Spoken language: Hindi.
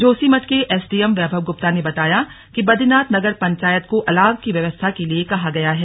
जोशीमठ के एसडीएम वैभव गुप्ता ने बताया कि बदरीनाथ नगर पंचायत को अलाव की व्यवस्था के लिए कहा गया है